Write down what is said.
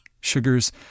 Sugars